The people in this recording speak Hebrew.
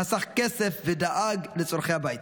חסך כסף ודאג לצורכי הבית.